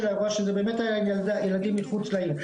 האירוע שזה באמת היה עם ילדים מחוץ לעיר.